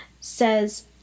says